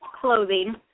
clothing